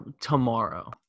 tomorrow